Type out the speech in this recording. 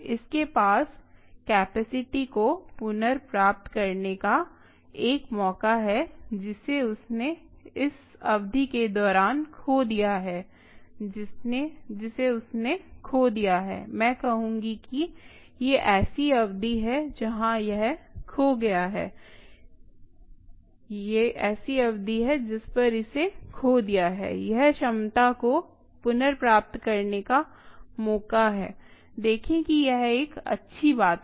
इसके पास कैपेसिटी को पुनर्प्राप्त करने का एक मौका है जिसे उसने इस अवधि के दौरान खो दिया है जिसे उसने खो दिया है मैं कहूँगी कि ये ऐसी अवधि हैं जहां यह खो गया है ये ऐसी अवधि हैं जिस पर इसे खो दिया है यह क्षमता को पुनर्प्राप्त करने का मौका है देखें कि यह एक अच्छी बात है